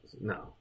no